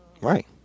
Right